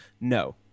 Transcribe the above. no